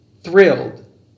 thrilled